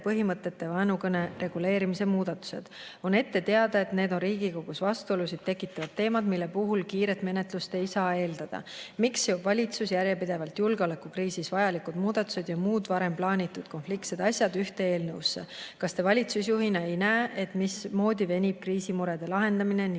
põhimõtete ja vaenukõne reguleerimise muudatused. On ette teada, et need on riigikogus vastuolusid tekitavad teemad, mille puhul kiiret menetlust ei saa eeldada. Miks seob valitsus järjepidevalt julgeolekukriisis vajalikud muudatused ja muud varem plaanitud konfliktsed asjad ühte eelnõusse? Kas Te valitsusjuhina ei näe, et niimoodi venib kriisimurede lahendamine ning